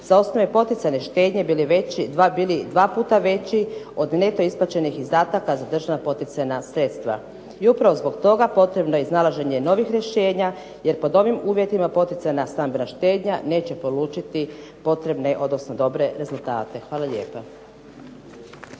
za osnovne poticajne štednje bili dva puta veći od neto isplaćenih izdataka za državna poticajna sredstva. I upravo zbog toga potrebno je iznalaženje novih rješenja, jer pod ovim uvjetima poticajna stambena štednja neće polučiti potrebne, odnosno dobre rezultate. Hvala lijepa.